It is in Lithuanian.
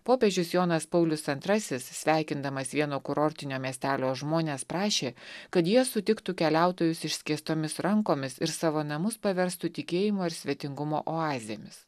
popiežius jonas paulius antrasis sveikindamas vieno kurortinio miestelio žmones prašė kad jie sutiktų keliautojus išskėstomis rankomis ir savo namus paverstų tikėjimo ir svetingumo oazėmis